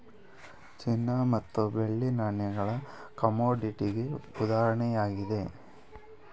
ಚಿನ್ನ ಮತ್ತು ಬೆಳ್ಳಿ ನಾಣ್ಯಗಳು ಕಮೋಡಿಟಿಗೆ ಉದಾಹರಣೆಯಾಗಿದೆ